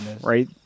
right